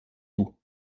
tout